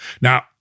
Now